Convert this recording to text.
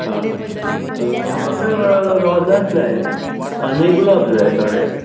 आंहां म्हाका रोझांच जाय आनी गुलाब जाय थोडे